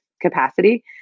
capacity